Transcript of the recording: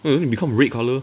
well then it become red colour